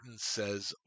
says